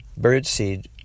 Birdseed